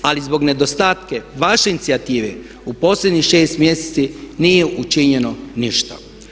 Ali zbog nedostatka vaše inicijative u posljednjih šest mjeseci nije učinjeno ništa.